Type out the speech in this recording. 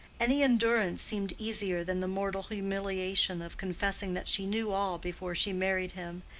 any endurance seemed easier than the mortal humiliation of confessing that she knew all before she married him,